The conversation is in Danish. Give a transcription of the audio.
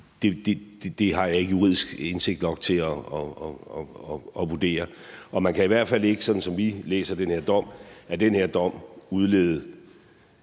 har jeg ikke juridisk indsigt nok til at kunne vurdere. Man kan i hvert fald ikke, sådan som vi læser den her dom, udlede